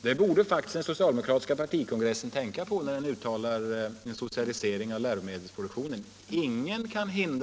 Det borde faktiskt den socialdemokratiska partikongressen tänka på när den uttalar sig för en socialisering av läromedelsproduktionen.